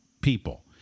people